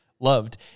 loved